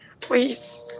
Please